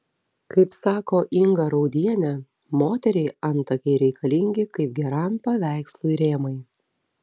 kaip sako inga raudienė moteriai antakiai reikalingi kaip geram paveikslui rėmai